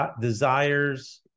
desires